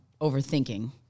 overthinking